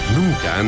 nunca